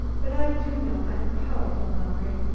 but i do know i'm powerful hungry.